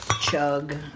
chug